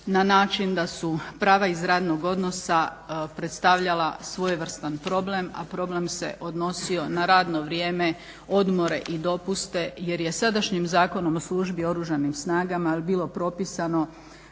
na način da su prava iz radnog odnosa predstavljala svojevrstan problem a problem se odnosio na radno vrijeme, odmore i dopuste jer je sadašnjim zakonom o službi oružanim snagama bilo propisano